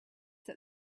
that